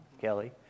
Kelly